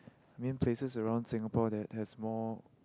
main places around Singapore that has more